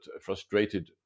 frustrated